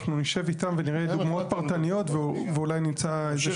אנחנו נשב איתם ונראה דוגמאות פרטניות ואולי נמצא איזה שהוא פתרון.